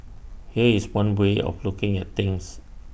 here's one way of looking at things